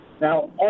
Now